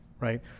right